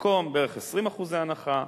במקום בערך 20% הנחה,